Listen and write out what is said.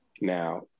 Now